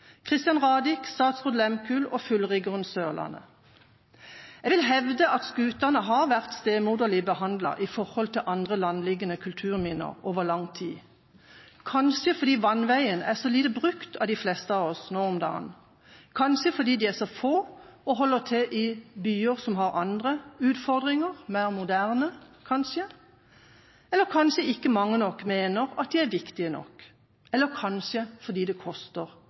og fullriggeren «Sørlandet». Jeg vil hevde at skutene har vært stemoderlig behandlet i forhold til andre, landliggende, kulturminner over lang tid, kanskje fordi vannveien er så lite brukt av de fleste av oss nå om dagen, kanskje fordi de er så få og holder til i byer som har andre – kanskje mer moderne – utfordringer, kanskje fordi ikke mange nok mener at de er viktige nok, eller kanskje fordi det koster